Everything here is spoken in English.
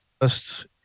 first